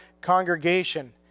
congregation